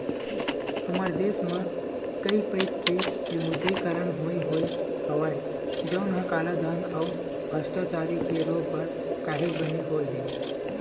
हमर देस म कइ पइत के विमुद्रीकरन होय होय हवय जउनहा कालाधन अउ भस्टाचारी के रोक बर काहेक बने होय हे